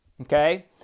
Okay